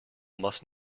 must